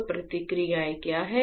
तो प्रक्रियाएं क्या हैं